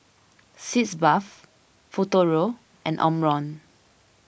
Sitz Bath Futuro and Omron